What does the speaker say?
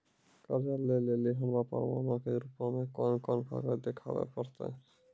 कर्जा लै लेली हमरा प्रमाणो के रूपो मे कोन कोन कागज देखाबै पड़तै?